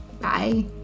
Bye